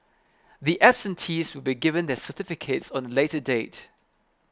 the absentees will be given their certificates on a later date